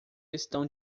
estão